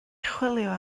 chwilio